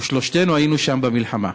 ושלושתנו היינו שם במלחמה.